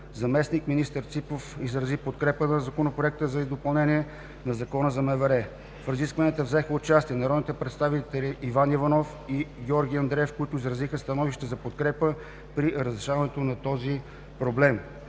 Заместник-министър Ципов изрази подкрепа на Законопроекта за допълнение на Закона за МВР. В разискванията взеха участие народните представители Иван Иванов и Георги Андреев, които изразиха становища за подкрепа при разрешаване на този проблем.